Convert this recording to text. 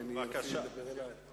כי אני רוצה לדבר אליו.